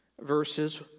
verses